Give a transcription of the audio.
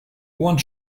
one